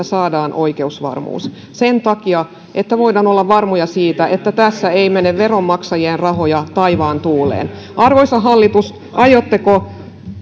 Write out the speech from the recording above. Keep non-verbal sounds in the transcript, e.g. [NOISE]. [UNINTELLIGIBLE] saadaan oikeusvarmuus sen takia että voidaan olla varmoja siitä että tässä ei mene veronmaksajien rahoja taivaan tuuleen arvoisa hallitus aiotteko